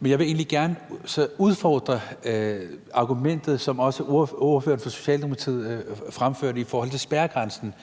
Men jeg vil egentlig gerne udfordre argumentet, som også ordføreren for Socialdemokratiet fremførte, i forhold til spærregrænsen,